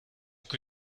que